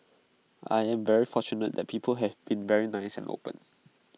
I am very fortunate that people have been very nice and open